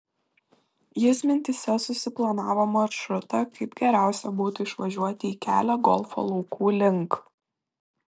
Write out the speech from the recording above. jis mintyse susiplanavo maršrutą kaip geriausia būtų išvažiuoti į kelią golfo laukų link